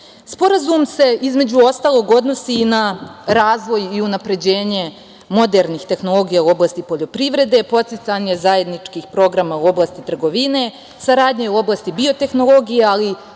godine. Sporazum se, između ostalog, odnosi i na razvoj i unapređenje modernih tehnologija u oblasti poljoprivrede, podsticanje zajedničkih programa u oblasti trgovine, saradnje u oblasti biotehnologija, ali